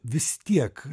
vis tiek